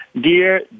dear